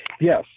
Yes